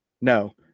No